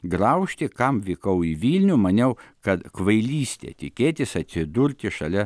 graužti kam vykau į vilnių maniau kad kvailystė tikėtis atsidurti šalia